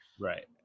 Right